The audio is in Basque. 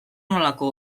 nolako